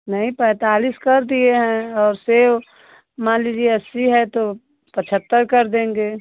नहीं पैंतालीस कर दिए हैं और सेब मान लीजिए अस्सी है तो पचहत्तर कर देंगे